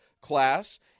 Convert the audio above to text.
class